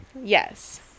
Yes